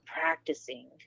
practicing